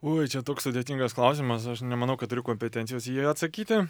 oi čia toks sudėtingas klausimas aš nemanau kad turiu kompetencijos į jį atsakyti